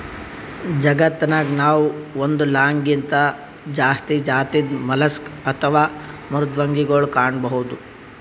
ಜಗತ್ತನಾಗ್ ನಾವ್ ಒಂದ್ ಲಾಕ್ಗಿಂತಾ ಜಾಸ್ತಿ ಜಾತಿದ್ ಮಲಸ್ಕ್ ಅಥವಾ ಮೃದ್ವಂಗಿಗೊಳ್ ಕಾಣಬಹುದ್